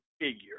figure